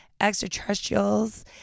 extraterrestrials